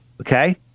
Okay